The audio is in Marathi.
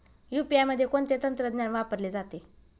यू.पी.आय मध्ये कोणते तंत्रज्ञान वापरले जाते?